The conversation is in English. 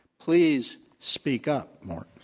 please speak up, mort.